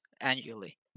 annually